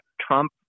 Trump